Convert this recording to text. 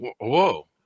whoa